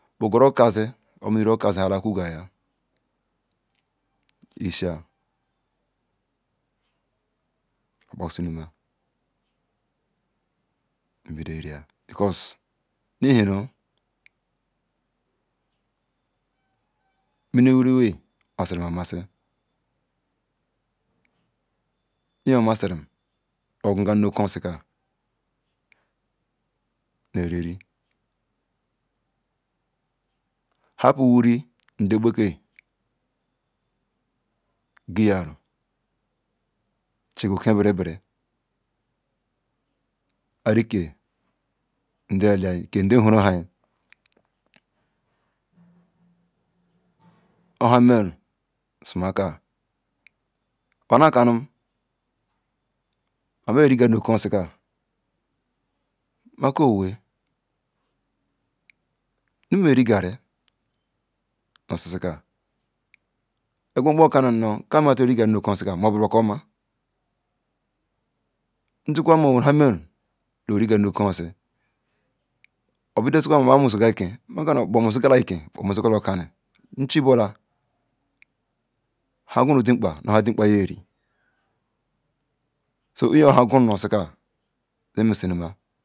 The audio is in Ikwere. Buguru okozi omini wiri okozi akugaya ishia okpaku shinuma nbido eri because nu ihinu nu ni wiri wen massi amassi inyin omassi ogugan nu oriri nu okosi sika happo wiri nda bake giyaro chiga biri biri arike nd a ohan bana kanu ma ma ya rigarri nu okon osisi ka maka owe nu mme ri garri nu osisi ka e quan oyo siqua ka motu ga origarri nu osisi ka obro ko oma njikwa ma owerun han merum nu ori garri nu oko osi si oka ma nmosigal ken ma ka nu bo mosigala nu iken ohan gurun dekpal ohan oyari so in ohari guron nu osisi ka zen messi nu ma.